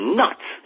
nuts